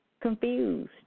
Confused